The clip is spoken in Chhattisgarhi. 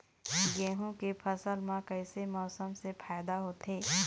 गेहूं के फसल म कइसे मौसम से फायदा होथे?